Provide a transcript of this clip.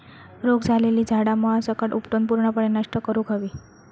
रोग झालेली झाडा मुळासकट उपटून पूर्णपणे नष्ट करुक हवी